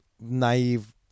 naive